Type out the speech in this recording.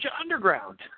Underground